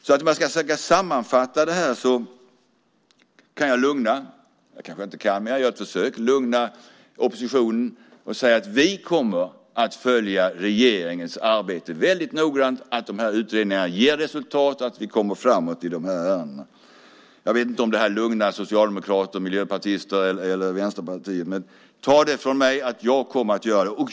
Om jag sammanfattar detta kan jag lugna oppositionen och säga att vi kommer att följa regeringens arbete väldigt noggrant för att se att utredningarna ger resultat och att vi kommer framåt i dessa ärenden. Jag vet inte om det lugnar socialdemokrater och miljöpartister eller vänsterpartister, men jag kommer att göra det.